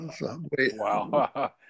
Wow